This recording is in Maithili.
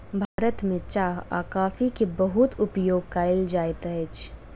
भारत में चाह आ कॉफ़ी के बहुत उपयोग कयल जाइत अछि